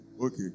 okay